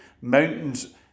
Mountains